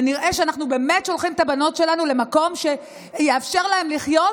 ונראה שאנחנו שולחים את הבנות שלנו למקום שיאפשר להן לחיות,